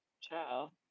Ciao